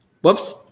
Whoops